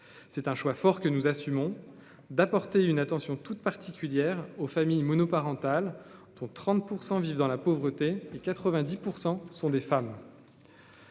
c'est un choix fort que nous assumons d'apporter une attention toute particulière aux familles monoparentales, dont 30 % vivent dans la pauvreté et 90 % sont des femmes.